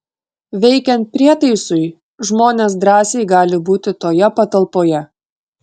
veikiant prietaisui žmonės drąsiai gali būti toje patalpoje